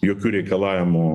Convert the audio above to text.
jokių reikalavimų